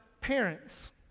parents